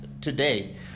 today